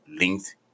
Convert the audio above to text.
length